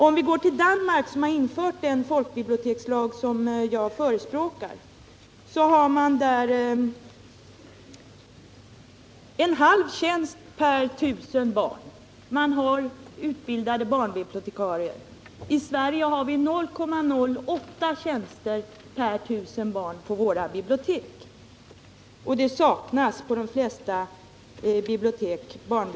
Om vi går till Danmark, som har infört den folkbibliotekslag som jag förespråkar, kan vi konstatera att man när det gäller utbildade barnbibliotekarier har en halv tjänst per 1000 barn. I Sverige har vi 0,08 tjänster per 1 000 barn, och på de flesta bibliotek saknas barnbibliotekarie.